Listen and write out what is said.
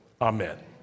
amen